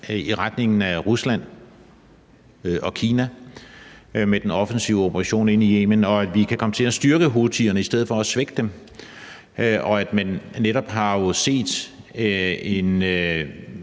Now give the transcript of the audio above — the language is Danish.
i retning af Rusland og Kina med den offensive operation ind i Yemen, og vi kan komme til at styrke houthierne i stedet for at svække dem, og man har jo netop